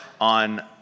on